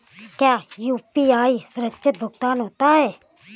क्या यू.पी.आई सुरक्षित भुगतान होता है?